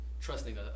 trusting